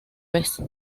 vez